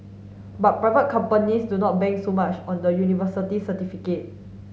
but private companies do not bank so much on the university certificate